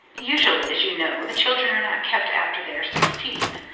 usually, as you know, the children are not kept after they are sixteen,